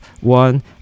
one